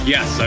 Yes